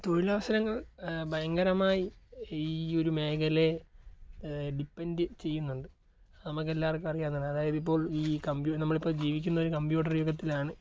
തൊഴിലവസരങ്ങൾ ഭയങ്കരമായി ഈ ഒരു മേഖലയെ ഡിപ്പെൻഡ് ചെയ്യുന്നുണ്ട് നമുക്ക് എല്ലാവർക്കും അറിയാവുന്നതാണ് അതായത് ഇപ്പോൾ ഈ കമ്പ്യൂ നമ്മളിപ്പോൾ ജീവിക്കുന്നത് ഒരു കമ്പ്യൂട്ടർ യുഗത്തിലാണ്